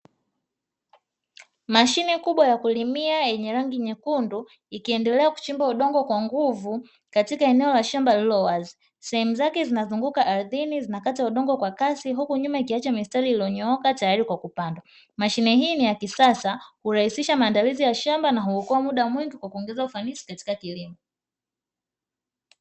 Mashine kubwa ya kulimia yenye rangi nyekundu ikiendelea kuchimba udongo kwa nguvu katika eneo la shamba lililo wazi. Sehemu zake zinazunguka ardhini, zinakata udongo kwa kasi huku nyuma ikiacha mistari iliyonyookwa tayari kwa kupandwa. Mashine hii ni ya kisasa, hurahisisha maandalizi ya shamba na huokoa muda mwingi kwa kuongeza ufanisi katika kilimo.